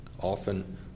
often